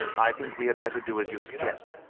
i think we had better do as you suggest.